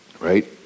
right